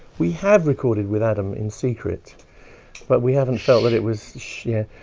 we have recorded with adam in secret but we haven't felt that it was. shhh yeah,